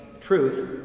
truth